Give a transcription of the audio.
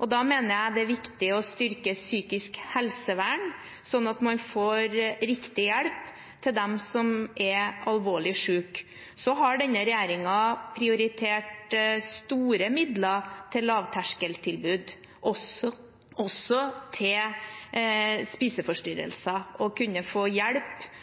og da mener jeg det er viktig å styrke psykisk helsevern, slik at man får riktig hjelp til dem som er alvorlig syke. Så har denne regjeringen prioritert store midler til lavterskeltilbud, også til spiseforstyrrelser, slik at de som har den type utfordringer, kan få